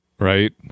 Right